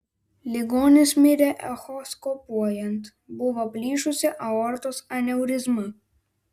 ligonis mirė echoskopuojant buvo plyšusi aortos aneurizma